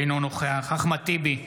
אינו נוכח אחמד טיבי,